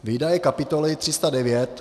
Výdaje kapitoly 309